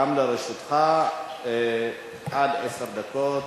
גם לרשותך עד עשר דקות.